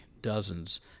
dozens